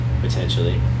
potentially